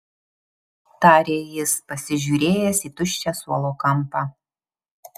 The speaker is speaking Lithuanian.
tarė jis pasižiūrėjęs į tuščią suolo kampą